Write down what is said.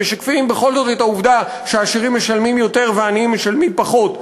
שמשקפים בכל זאת את העובדה שהעשירים משלמים יותר והעניים משלמים פחות,